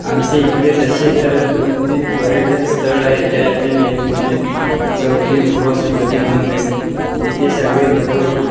आमच्या इकडे तसे तर दोन तीन पर्यटन स्थळ आहे त्यातील एक म्हणजे न् चौकी बृहस्पती मंदिर तिथे सगळे लोक